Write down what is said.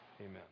Amen